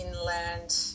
inland